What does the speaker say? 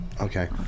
Okay